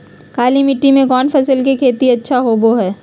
काली मिट्टी में कौन फसल के खेती अच्छा होबो है?